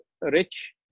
rich